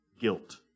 Guilt